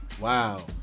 Wow